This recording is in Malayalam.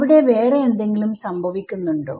അവിടെ വേറെ എന്തെങ്കിലും സംഭവിക്കുന്നുണ്ടോ